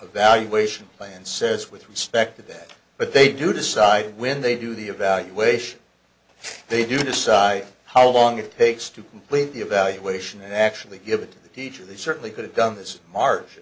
evaluation plan says with respect to that but they do decide when they do the evaluation they decide how long it takes to complete the evaluation and actually give it to the teacher they certainly could have done this march